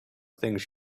things